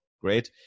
great